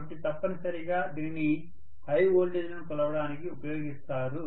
కాబట్టి తప్పనిసరిగా దీనిని హై వోల్టేజ్లను కొలవడానికి ఉపయోగిస్తారు